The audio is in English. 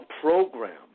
program